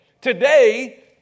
Today